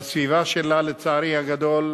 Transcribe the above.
והסביבה שלה, לצערי הגדול,